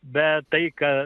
bet tai ką